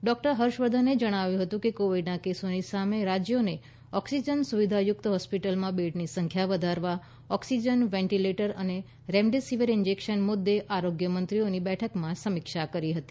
doctor હર્ષવર્ધને જણાવ્યું હતુ કે કોવિડના કેસોની સામે રાજ્યોને ઓક્સિજન સુવિધાયુક્ત હોસ્પિટલમાં બેડની સંખ્યા વધારવા ઓક્સીજન વેન્ટીલેટર અને રેમડેસીવીર ઇન્જેક્શન મુદ્દે આરોગ્યમંત્રીઓની બેઠકમાં સમિક્ષા કરી હતી